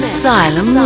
Asylum